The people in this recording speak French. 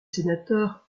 sénateurs